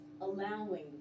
allowing